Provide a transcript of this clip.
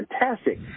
fantastic